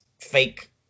fake